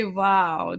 wow